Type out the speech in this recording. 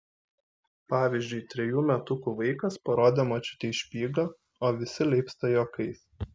pavyzdžiui trejų metukų vaikas parodė močiutei špygą o visi leipsta juokais